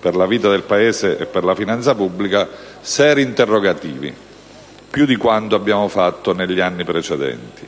per la vita del Paese e per la finanza pubblica, seri interrogativi, più di quanto sia avvenuto negli anni precedenti.